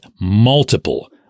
multiple